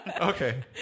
Okay